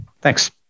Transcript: thanks